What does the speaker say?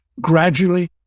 gradually